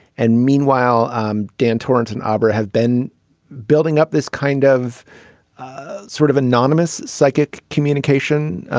and meanwhile um dan torrance and abra have been building up this kind of sort of anonymous psychic communication.